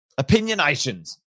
opinionations